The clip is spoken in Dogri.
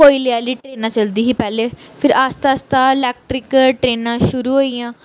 कोयले आह्ली ट्रेनै चलदी ही पैह्ले फिर आस्तै आस्तै इलेक्ट्रिक ट्रेनां शुरू होई गेइयां